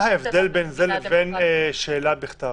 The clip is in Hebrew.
מה ההבדל בין זה לבין שאלה בכתב?